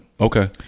Okay